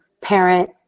parent